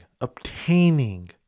obtaining